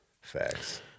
facts